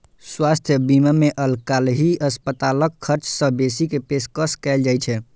स्वास्थ्य बीमा मे आइकाल्हि अस्पतालक खर्च सं बेसी के पेशकश कैल जाइ छै